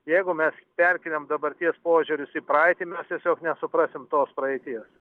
jeigu mes perkeliam dabarties požiūrius į praeitį mes tiesiog nesuprasim tos praeities